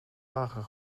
wagen